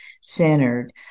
centered